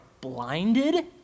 blinded